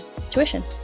tuition